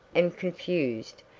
and confused,